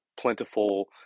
plentiful